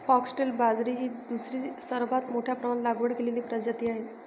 foxtail बाजरी ही दुसरी सर्वात मोठ्या प्रमाणात लागवड केलेली प्रजाती आहे